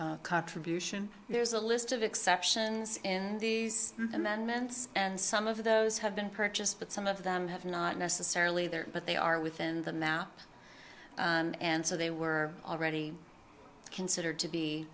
the contribution there is a list of exceptions in the amendments and some of those have been purchased but some of them have not necessarily there but they are within the map and so they were already considered to be